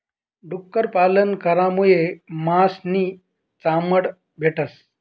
डुक्कर पालन करामुये मास नी चामड भेटस